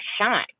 shine